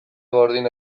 gordin